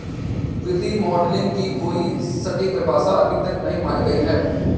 वित्तीय मॉडलिंग की कोई सटीक परिभाषा अभी तक नहीं मानी गयी है